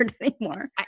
anymore